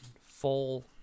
Full